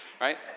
right